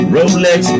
Rolex